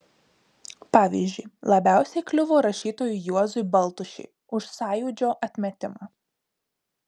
pavyzdžiui labiausiai kliuvo rašytojui juozui baltušiui už sąjūdžio atmetimą